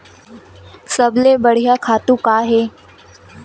सबले बढ़िया खातु का हे?